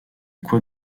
quoi